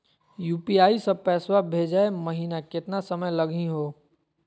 UPI स पैसवा भेजै महिना केतना समय लगही हो?